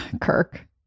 Kirk